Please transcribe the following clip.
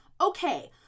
Okay